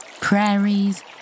prairies